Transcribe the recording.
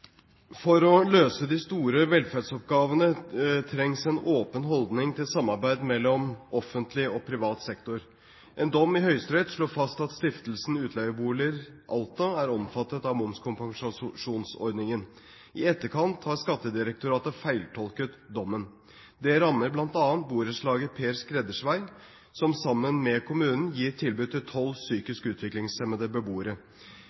for å hjelpe våre veteraner i forhold til hva vi tidligere har hatt. «For å løse de store velferdsoppgavene trengs en åpen holdning til samarbeid mellom offentlig og privat sektor. En dom i Høyesterett slo fast at Stiftelsen Utleieboliger i Alta er omfattet av momskompensasjonsordningen. I etterkant har Skattedirektoratet feiltolket dommen. Det rammer bl.a. borettslaget Per Skredders vei, som sammen med kommunen gir